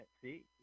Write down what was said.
see